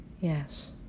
Yes